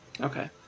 Okay